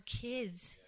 kids